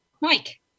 Mike